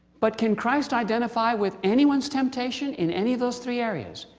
but can christ identify with anyone's temptation in any of those three areas?